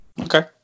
okay